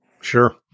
Sure